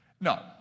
No